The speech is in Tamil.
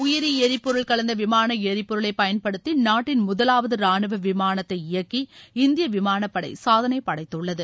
உயிரி எரிபொருள் கலந்த விமான எரிபொருளை பயன்படுத்தி நாட்டின் முதலாவது ரானுவ விமானத்தை இயக்கி இந்திய விமானப் படை சாதனை படைத்துள்ளது